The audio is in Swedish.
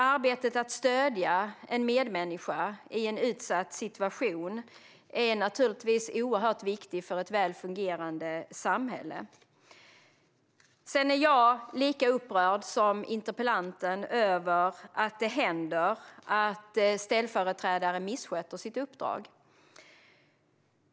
Arbetet att stödja en medmänniska i en utsatt situation är naturligtvis oerhört viktigt för ett väl fungerande samhälle. Jag är lika upprörd som interpellanten över att det händer att ställföreträdare missköter sitt uppdrag.